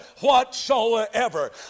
whatsoever